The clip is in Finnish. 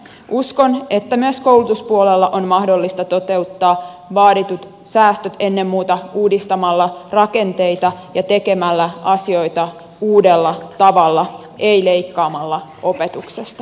uskon että myös koulutuspuolella on mahdollista toteuttaa vaaditut säästöt ennen muuta uudistamalla rakenteita ja tekemällä asioita uudella tavalla ei leikkaamalla opetuksesta